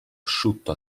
asciutto